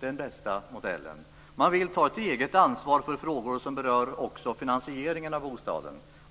den bästa modellen. Man vill ta ett eget ansvar för frågor som berör också finansieringen av bostaden.